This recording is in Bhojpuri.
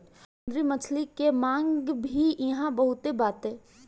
समुंदरी मछली के मांग भी इहां बहुते बाटे